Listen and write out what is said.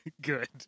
Good